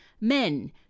men